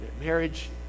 Marriage